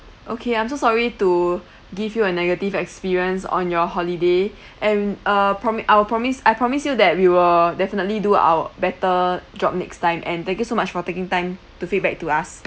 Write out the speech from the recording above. okay I'm so sorry to give you a negative experience on your holiday and uh promise I'll promise I'll promise you that we will definitely do our better job next time and thank you so much for taking time to feedback to us